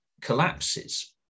collapses